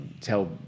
tell